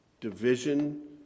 division